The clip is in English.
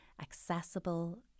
accessible